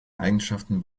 eigenschaften